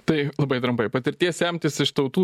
tai labai trumpai patirties semtis iš tautų